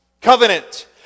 Covenant